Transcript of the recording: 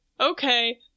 okay